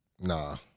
Nah